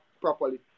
properly